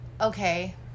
okay